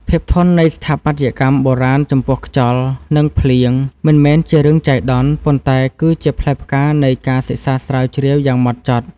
ភាពធន់នៃស្ថាបត្យកម្មបុរាណចំពោះខ្យល់ និង ភ្លៀងមិនមែនជារឿងចៃដន្យ ប៉ុន្តែគឺជាផ្លែផ្កានៃការសិក្សាស្រាវជ្រាវយ៉ាងហ្មត់ចត់។